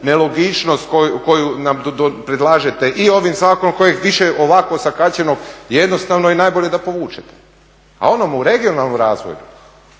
nelogičnost koju nam predlažete i ovim zakonom kojeg više ovako osakaćenog jednostavno je najbolje da povučete. A onom u regionalnom razvoju